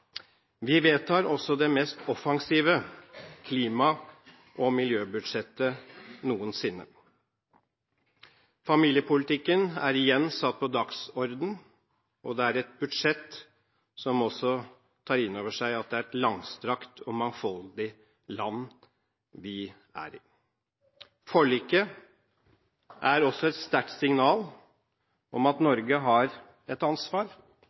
Vi vedtar også det mest offensive klima- og miljøbudsjettet noensinne. Familiepolitikken er igjen satt på dagsordenen, og det er et budsjett som også tar inn over seg at det er et langstrakt og mangfoldig land vi er i. Forliket er også et sterkt signal om at Norge har et ansvar